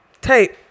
tape